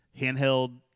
handheld